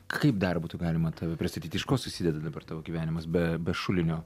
kaip dar būtų galima tave pristatyt iš ko susideda dabar tavo gyvenimas be be šulinio